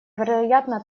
вероятно